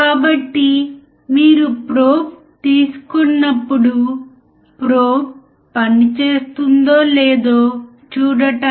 కాబట్టి ఈ voltage follower అంటే ఏమిటి